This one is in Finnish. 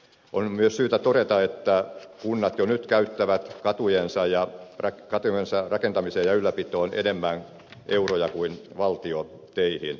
on myös syytä todeta että kunnat jo nyt käyttävät katujensa rakentamiseen ja ylläpitoon enemmän euroja kuin valtio teihin